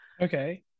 Okay